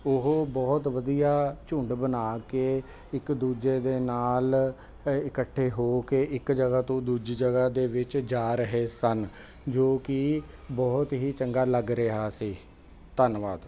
ਉਹ ਬਹੁਤ ਵਧੀਆ ਝੁੰਡ ਬਣਾ ਕੇ ਇੱਕ ਦੂਜੇ ਦੇ ਨਾਲ ਇਕੱਠੇ ਹੋ ਕੇ ਇੱਕ ਜਗ੍ਹਾ ਤੋਂ ਦੂਜੀ ਜਗ੍ਹਾ ਦੇ ਵਿੱਚ ਜਾ ਰਹੇ ਸਨ ਜੋ ਕਿ ਬਹੁਤ ਹੀ ਚੰਗਾ ਲੱਗ ਰਿਹਾ ਸੀ ਧੰਨਵਾਦ